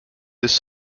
this